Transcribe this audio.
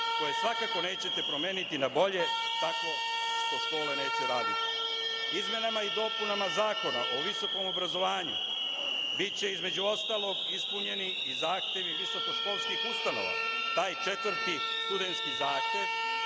koje svakako nećete promeniti na bolje tako što škole neće raditi. Izmenama i dopunama Zakona o visokom obrazovanju biće između ostalog ispunjeni i zahtevi visoko školskih ustanova, taj četvrti studentski zahtev